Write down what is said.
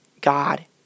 God